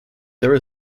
there